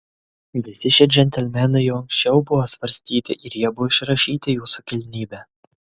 visi šie džentelmenai jau anksčiau buvo svarstyti ir jie buvo išrašyti jūsų kilnybe